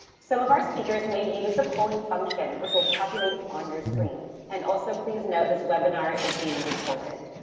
some of our speakers may use the polling function which will populate on your screen. and also please note this webinar is being recorded.